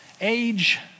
age